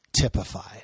typified